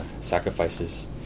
sacrifices